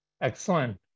Excellent